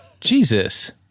Jesus